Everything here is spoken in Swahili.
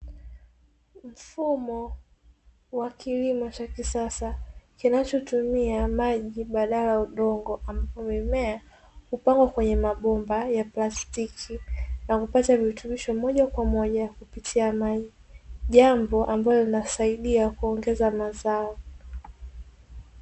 Mfumo wa kilimo cha kisasa, kinachotumia maji badala ya udongo ambapo mimea hupangwa kwenye mabomba ya plastiki, nakupata virutubisho moja kwa moja kupitia maji, jambo ambalo linasaidia kuongeza mazao.